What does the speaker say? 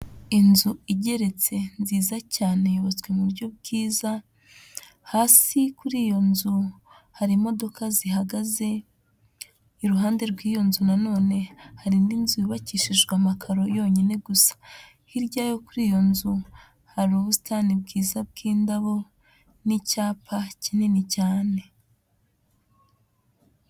Inzu igeretse nziza cyane, yubatswe mu buryo bwiza, hasi kuri iyo nzu hari imodoka zihagaze, iruhande rw'iyo nzu nanone hari indi inzu yubakishijwe amakaro yonyine gusa. Hirya yo kuri iyo nzu hari ubusitani bwiza bw'indabo n'icyapa kinini cyane.